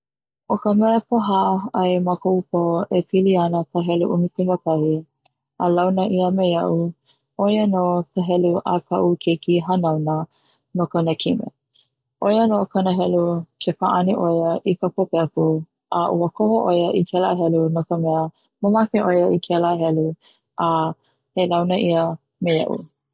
ʻO ka mea e pōha ai ma koʻu poʻo, e pili ana ka helu ʻumikumakahi a launa ʻia me iaʻu, ʻo ia no ka helu a koʻu keiki hanau nā no kona kime ʻoia no kona helu ke paʻani ʻoia i ka pōpeku a ua koho ʻoia i kela helu no ka mea mamake ʻoia i kela helu a he launa ia me iaʻu.